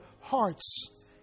hearts